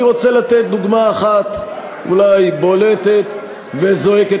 אני רוצה לתת דוגמה אחת אולי, בולטת וזועקת